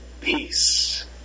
Peace